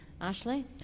Ashley